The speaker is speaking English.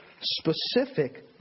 specific